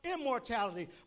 immortality